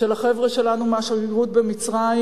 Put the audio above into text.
של החבר'ה שלנו מהשגרירות במצרים,